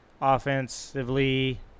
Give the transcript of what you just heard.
offensively